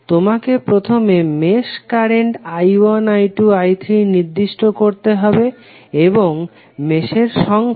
তোমাকে প্রথমে mesh current I1 I2 I3 নির্দিষ্ট করতে হবে এবং মেশের সংখ্যাও